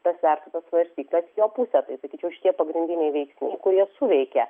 pasvertų tas svarstykles į jo pusę tai sakyčiau šie pagrindiniai veiksniai kurie suveikia